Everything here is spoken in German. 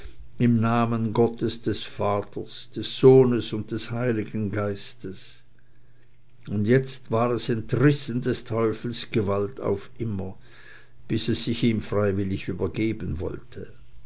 im namen gottes des vaters des sohnes und des heiligen geistes und jetzt war es entrissen des teufels gewalt auf immer bis es sich ihm freiwillig übergeben wollte